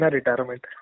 Retirement